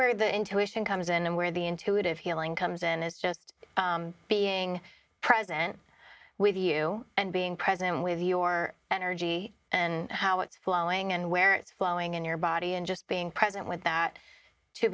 where the intuition comes in and where the intuitive healing comes in is just being present with you and being present with your energy and how it's flowing and where it's flowing in your body and just being present with that to